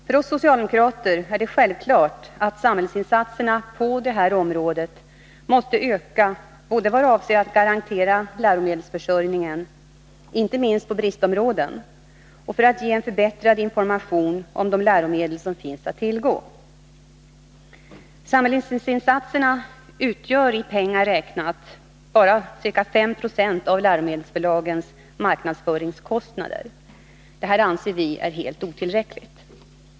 För oss socialdemokrater är det självklart att samhällsinsatserna på detta område måste öka, både vad avser att garantera läromedelsförsörjningen, inte minst på bristområden, och för att ge förbättrad information om de läromedel som finns att tillgå. Samhällsinsatserna utgör i pengar räknat bara ca 5 Jo av läromedelsförlagens marknadsföringskostnader. Detta anser vi är helt otillräckligt.